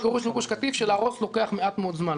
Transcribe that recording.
בגירוש של גוש קטיף שלהרוס לוקח מעט מאוד זמן.